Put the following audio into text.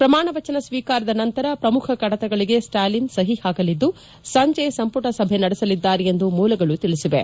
ಪ್ರಮಾಣವಚನ ಸ್ವೀಕಾರದ ನಂತರ ಪ್ರಮುಖ ಕಡತಗಳಿಗೆ ಸ್ವಾಲಿನ್ ಸಹಿ ಹಾಕಲಿದ್ದು ಸಂಜೆ ಸಂಪುಟ ಸಭೆ ನಡೆಸಲಿದ್ದಾರೆ ಎಂದು ಮೂಲಗಳು ತಿಳಿಸಿವೆ